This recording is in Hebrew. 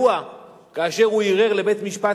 זאת צריכה להיות משימה.